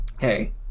Hey